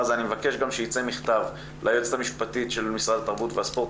אני גם מבקש שיצא מכתב ליועצת המשפטית של משרד התרבות והספורט,